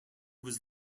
was